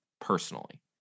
personally